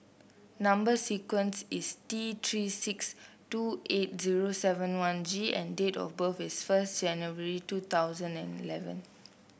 number sequence is T Three six two eight zero seven one G and date of birth is one January two thousand and eleven